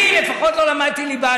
אני לפחות לא למדתי ליבה,